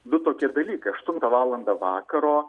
du tokie dalykai aštuntą valandą vakaro